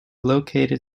located